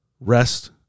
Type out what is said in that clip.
Rest